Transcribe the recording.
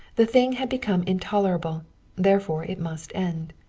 the thing had become intolerable therefore it must end.